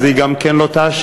אז היא גם לא תאשר,